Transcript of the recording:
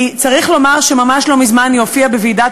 צריך לומר שממש לא מזמן היא הופיעה בוועידת